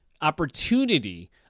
opportunity